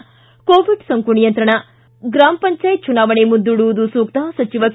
ಿ ಕೋವಿಡ್ ಸೋಂಕು ನಿಯಂತ್ರಣ ಗ್ರಾಮ ಪಂಚಾಯತ್ ಚುನಾವಣೆ ಮುಂದೂಡುವುದು ಸೂಕ್ತ ಸಚಿವ ಕೆ